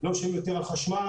לא משלמים יותר על חשמל,